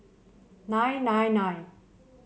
nine nine nine